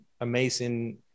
amazing